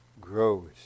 grows